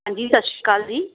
ਹਾਂਜੀ ਸਤਿ ਸ਼੍ਰੀ ਅਕਾਲ ਜੀ